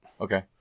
Okay